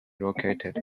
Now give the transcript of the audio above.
located